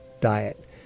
diet